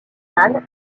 hartmann